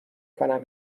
کنم